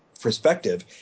perspective